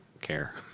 care